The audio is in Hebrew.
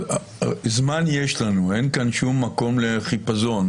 זמן יש לנו, אין כאן שום מקום לחיפזון.